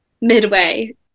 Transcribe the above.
midway